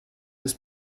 this